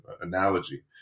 analogy